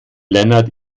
lennart